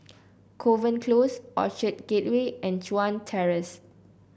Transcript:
Kovan Close Orchard Gateway and Chuan Terrace